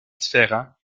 différents